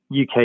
UK